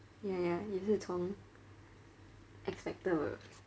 ya ya 也是从 X factor